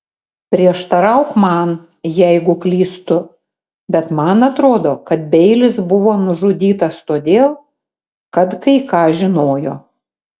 prieštarauk man jeigu klystu bet man atrodo kad beilis buvo nužudytas todėl kad kai ką žinojo